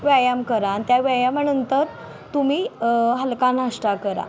व्यायाम करा आणि त्या व्यायामानंतर तुम्ही हलका नाष्टा करा